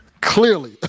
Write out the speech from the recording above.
Clearly